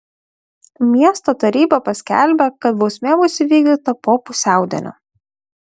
miesto taryba paskelbė kad bausmė bus įvykdyta po pusiaudienio